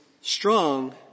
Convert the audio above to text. strong